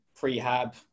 prehab